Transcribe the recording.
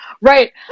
right